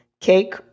cake